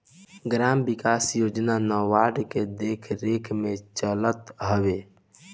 gram विकास योजना NABARD के देखरेख में चलत हवे